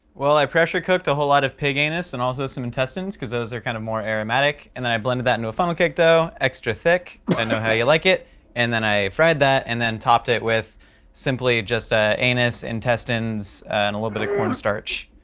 well i pressure cooked a whole lot of pig anus and also some intestines cause those are kinda kind of more aromatic and then i blended that into a funnel cake dough, extra thick, i know how you like it and then i fried that and topped it with simply just ah anus, intestines, and a little bit of corn starch.